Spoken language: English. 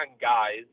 guys